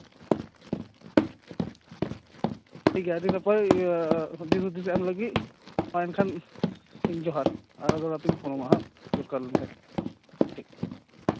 ᱴᱷᱤᱠᱜᱮᱭᱟ ᱟᱹᱰᱤ ᱱᱟᱯᱟᱭ ᱫᱤᱥ ᱦᱩᱫᱤᱥ ᱮᱢ ᱞᱟᱹᱜᱤᱫ ᱢᱟ ᱮᱱᱠᱷᱟᱱ ᱤᱧ ᱡᱚᱦᱟᱨ ᱟᱬᱜᱚ ᱠᱟᱛᱮᱧ ᱯᱷᱳᱱᱟᱢᱟ ᱦᱟᱸᱜ ᱫᱚᱨᱠᱟᱨ ᱦᱩᱭᱞᱮᱱ ᱠᱷᱟᱱ ᱴᱷᱤᱠ